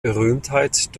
berühmtheit